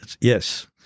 yes